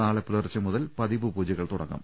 നാളെ പുലർച്ചെ മുതൽ പതിവ് പൂജ കൾ തുടങ്ങും